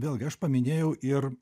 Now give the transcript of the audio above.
vėlgi aš paminėjau ir